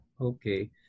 Okay